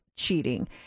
Cheating